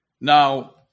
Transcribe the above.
Now